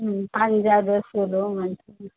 పంజాబీ డ్రెస్సులు మం